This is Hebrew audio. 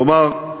כלומר,